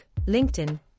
LinkedIn